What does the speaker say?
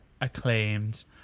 acclaimed